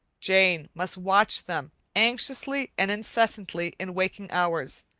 jane must watch them anxiously and incessantly in waking hours,